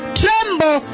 tremble